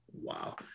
Wow